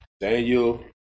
Daniel